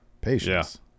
Patience